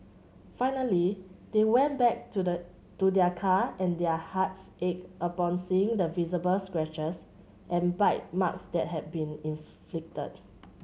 finally they went back to their to their car and their hearts ached upon seeing the visible scratches and bite marks that had been inflicted